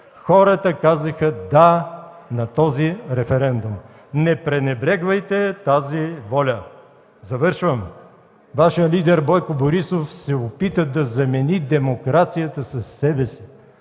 Хората казаха „да” на този референдум. Не пренебрегвайте тази воля! Завършвам. Вашият лидер Бойко Борисов се опита да замени демокрацията със себе си,